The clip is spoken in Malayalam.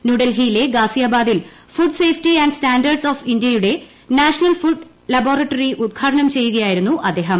ന്യൂഡൽഹിയിലെ ഗാസിയാബാദിൽ food safety and standards of ഇന്ത്യയുടെ നാഷണൽ ഫുഡ് ലബോറട്ടറി ഉദ്ഘാടനം ചെയ്യുകയായിരുന്നു അദ്ദേഹം